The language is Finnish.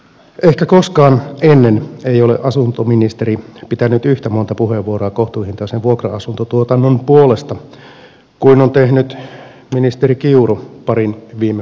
ehkä koskaan ennen ei ole asuntoministeri pitänyt yhtä monta puheenvuoroa kohtuuhintaisen vuokra asuntotuotannon puolesta kuin on tehnyt ministeri kiuru parin viime vuoden aikana